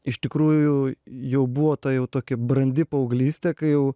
iš tikrųjų jau jau buvo ta tokia brandi paauglystė kai jau